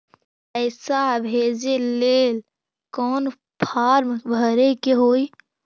पैसा भेजे लेल कौन फार्म भरे के होई?